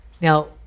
Now